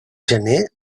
gener